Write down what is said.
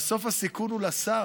בסוף הסיכון הוא לשר.